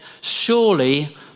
Surely